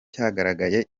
cyagaragaye